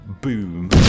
boom